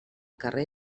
carrer